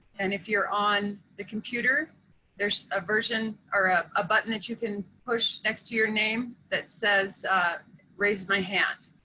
and if you're on the computer there's a version or ah a button that you can push next to your name that says raise my hand.